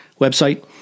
website